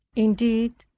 indeed,